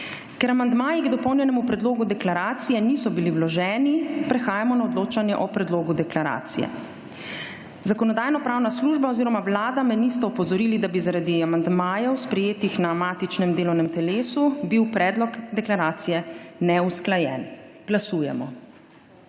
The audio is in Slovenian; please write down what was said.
Ker amandmaji k dopolnjenemu predlogu deklaracije niso bili vloženi, prehajamo na odločanje o predlogu deklaracije. Zakonodajno-pravna služba oziroma Vlada me nista opozorili, da bi bil zaradi amandmajev, sprejetih na matičnem delovnem telesu, predlog deklaracije neusklajen. Glasujemo.